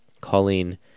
Colleen